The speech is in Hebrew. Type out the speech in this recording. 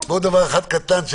ועוד דבר אחד קטן,